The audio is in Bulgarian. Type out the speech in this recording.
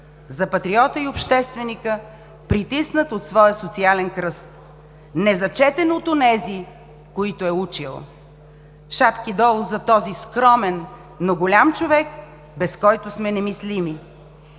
за патриота и общественика, притиснат от своя социален кръст, незачетен от онези, които е учил. Шапки долу за този скромен, но голям човек, без който сме немислими!